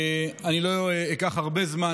אני לא אקח הרבה זמן,